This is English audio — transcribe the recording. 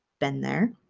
been there.